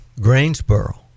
Greensboro